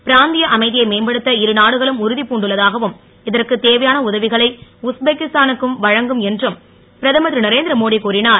பிராந் ய அமை யை மேம்படுத்த இருநாடுகளும் உறு புண்டுள்ளதாகவும் இதற்குத் தேவையான உதவிகளை உஸ்பெக்கிஸ்தா னுக்கு வழங்கும் என்றும் பிரதமர் ருநரேந் ர மோடி கூறிஞர்